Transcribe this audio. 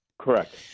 Correct